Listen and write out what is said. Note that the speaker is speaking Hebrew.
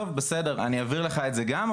שוב,